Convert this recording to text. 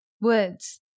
words